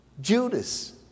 Judas